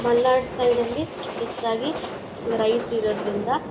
ಮಲೆನಾಡು ಸೈಡಲ್ಲಿ ಹೆಚ್ಚಾಗಿ ರೈತರು ಇರೋದರಿಂದ